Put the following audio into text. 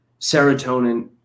serotonin